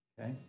Okay